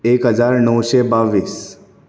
एक हजार णवशे बावीस